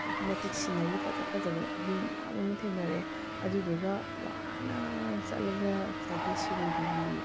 ꯑꯗꯨꯛꯀꯤ ꯃꯇꯤꯛ ꯁꯤꯅꯔꯤ ꯐꯖ ꯐꯖꯕ ꯚ꯭ꯌꯨ ꯃꯌꯥꯝ ꯑꯃ ꯊꯦꯡꯅꯔꯦ ꯑꯗꯨꯗꯨꯒ ꯋꯥꯅ ꯆꯠꯂꯒ ꯉꯁꯥꯏꯒꯤ ꯁꯤꯔꯣꯏ ꯂꯤꯂꯤ